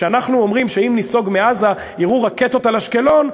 כשאנחנו אומרים שאם ניסוג מעזה יירו רקטות על אשקלון,